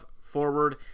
forward